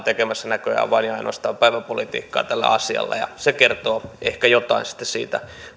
tekemässä näköjään vain ja ainoastaan päivänpolitiikkaa tällä asialla ja se kertoo ehkä jotain sitten siitä